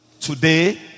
today